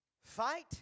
Fight